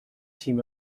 team